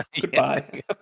Goodbye